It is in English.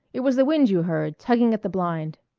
it was the wind you heard, tugging at the blind.